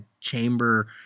chamber